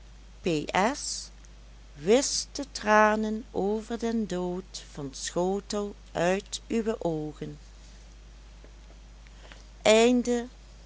s wisch de tranen over den dood van schotel uit uwe oogen